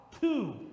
two